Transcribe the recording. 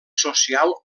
social